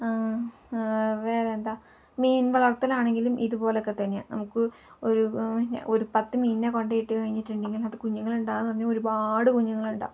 വേറെ എന്താ മീൻ വളർത്തലാണെങ്കിലും ഇതു പോലെയൊക്കെ തന്നെയാണ് നമുക്ക് ഒരു ഒരു പത്തു മീനിനെ കൊണ്ടു പോയിട്ട് കഴിഞ്ഞിട്ടുണ്ടെങ്കിൽ അതു കുഞ്ഞുങ്ങളുണ്ടാകുമെന്നു പറഞ്ഞാൽ ഒരുപാട് കുഞ്ഞുങ്ങളുണ്ടാകും